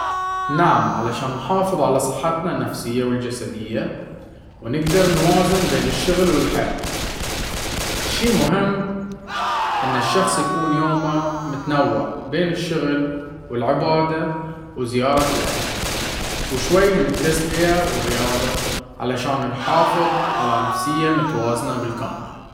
نعم، عشان نحافظ على صحتنا النفسية والجسدية ونقدر نوازن بين الشغل والحياة, شي مهم انه الشخص يكون يومه متنوع بين الششغل والعبادة وزيارة الأهل وشوي من التسلية والرياضة علشان يحافظ على نفسية متوازنة بالكامل.